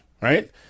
right